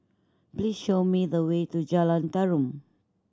please show me the way to Jalan Tarum